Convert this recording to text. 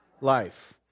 Life